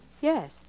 Yes